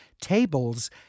tables